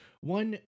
one